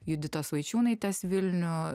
juditos vaičiūnaitės vilnių